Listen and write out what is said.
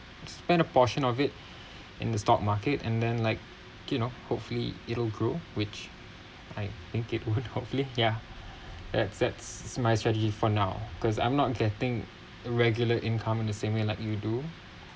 spend a portion of it in the stock market and then like okay you know hopefully it'll grow which I think it would hopefully ya that that's my strategy for now because I'm not getting the regular income in the same way like you do